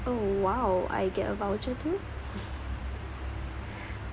oh !wow! I get a voucher too